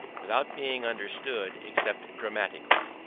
without being understood except dramatically.